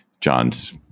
John's